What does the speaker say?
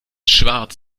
schwarz